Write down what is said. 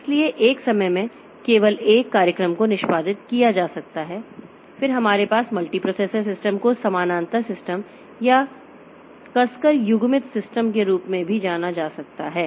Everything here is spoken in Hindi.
इसलिए एक समय में केवल एक कार्यक्रम को निष्पादित किया जा सकता है फिर हमारे पास मल्टीप्रोसेसर सिस्टम को समानांतर सिस्टम या कसकर युग्मित सिस्टम के रूप में भी जाना जा सकता है